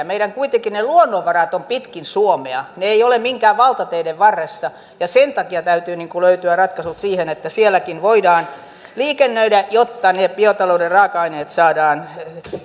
meidän luonnonvaramme ovat kuitenkin pitkin suomea ne eivät ole minkään valtateiden varressa ja sen takia täytyy löytyä ratkaisut siihen että sielläkin voidaan liikennöidä jotta ne biotalouden raaka aineet saadaan